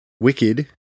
Wicked